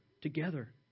together